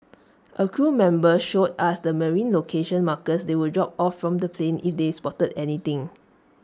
A crew member showed us the marine location markers they would drop from the plane if they spotted anything